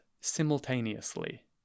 simultaneously